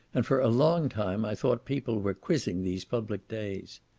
and for a long time i thought people were quizzing these public days.